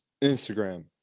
Instagram